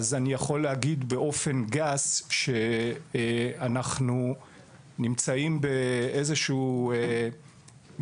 אז אני יכול להגיד באופן גס שאנחנו נמצאים באיזה שהוא גירעון